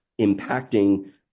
impacting